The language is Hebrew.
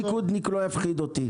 אף ליכודניק לא יפחיד אותי.